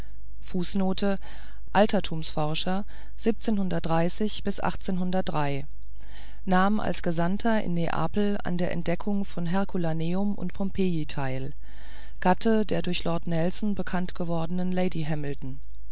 altertums forscher nahm als gesandter in neapel an der entdeckung von herculanum und pompeji teil gatte der durch lord nelson bekannt gewordenen lady hamilton